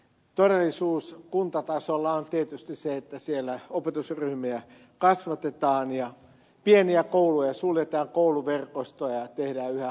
todellisuus kuntatasolla on tietysti se että siellä opetusryhmiä kasvatetaan ja pieniä kouluja suljetaan kouluverkostoja tehdään yhä hatarammaksi